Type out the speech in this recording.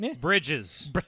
Bridges